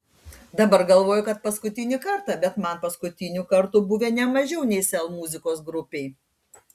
dabar galvoju kad paskutinį kartą bet man paskutinių kartų buvę ne mažiau nei sel muzikos grupei